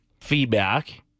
feedback